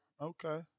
Okay